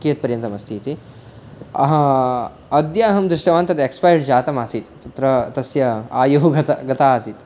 कियत्पर्यन्तम् अस्ति इति अद्य अहं दृष्टवान् तत् एक्सपायर्ड् जातम् आसीत् तत्र तस्य आयुः गता गता आसीत्